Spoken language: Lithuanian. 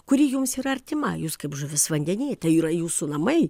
kuri jums yra artima jūs kaip žuvis vandeny tai yra jūsų namai